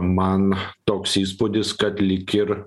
man toks įspūdis kad lyg ir